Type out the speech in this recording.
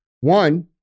One